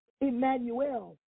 Emmanuel